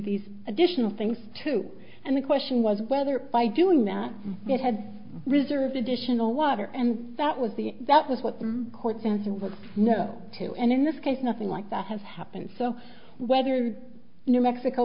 these additional things to and the question was whether by doing that it had reserved additional water and that was the that was what the court says he was no two and in this case nothing like that has happened so whether new mexico